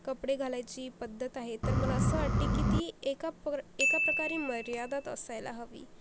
कपडे घालायची पद्धत आहे तर मला असं वाटते की ती एका प्र एका प्रकारे मर्यादेत असायला हवी